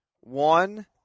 One